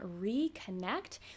reconnect